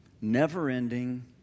never-ending